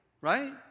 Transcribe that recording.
Right